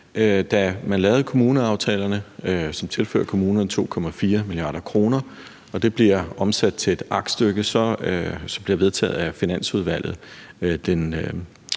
Da man lavede kommuneaftalerne, som tilfører kommunerne 2,4 mia. kr., og som blev omsat til et aktstykke, som blev vedtaget af Finansudvalget den